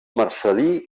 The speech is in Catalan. marcel·lí